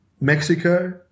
Mexico